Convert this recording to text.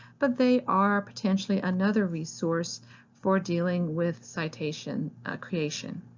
but they are potentially another resource for dealing with citation creation.